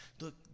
look